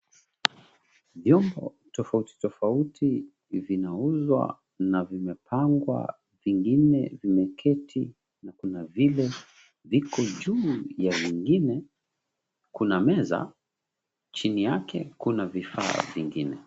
Vyombo tofauti tofauti vinauzwa na vimepangwa. Vingine vimeketi na kuna vile viko juu ya vingine. Kuna meza, chini yake kuna vifaa vingine.